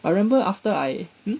I remember after I hmm